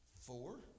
Four